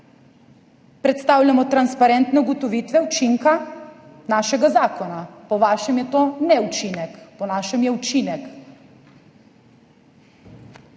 Predstavljamo transparentne ugotovitve učinka našega zakona. Po vašem je to neučinek, po našem je učinek.